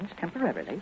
temporarily